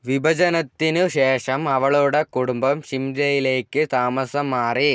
വിഭജനത്തിനുശേഷം അവളുടെ കുടുംബം ഷിംലയിലേക്ക് താമസം മാറി